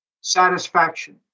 satisfaction